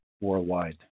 worldwide